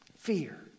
Fear